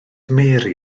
mary